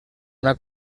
una